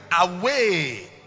away